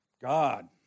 God